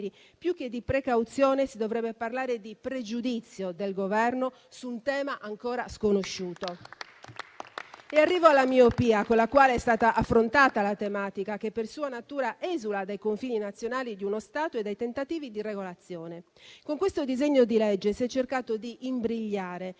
più che di precauzione, si dovrebbe parlare di pregiudizio del Governo su un tema ancora sconosciuto. E arrivo alla miopia con la quale è stata affrontata una tematica che per sua natura esula dai confini nazionali di uno Stato e dai tentativi di regolazione. Con questo disegno di legge si è cercato di imbrigliare